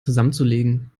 zusammenzulegen